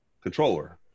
controller